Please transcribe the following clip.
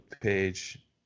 page